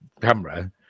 camera